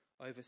over